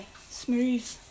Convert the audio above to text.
Smooth